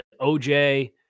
OJ